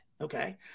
Okay